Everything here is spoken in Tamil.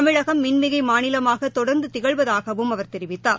தமிழகம் மின்மிகை மாநிலமாக தொடர்ந்து திகழ்வதாகவும் அவர் தெரிவித்தார்